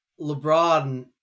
LeBron